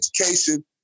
Education